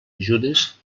ajudes